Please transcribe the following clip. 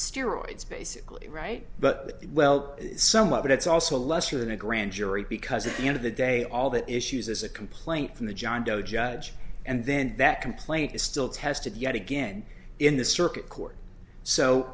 steroids basically right but well somewhat but it's also lesser than a grand jury because at the end of the day all the issues is a complaint from the john doe judge and then that complaint is still tested yet again in the circuit court